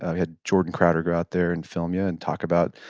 had jordan crowder go out there and film you and talk about